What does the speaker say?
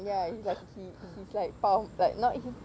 ya it's like he he is like part of like not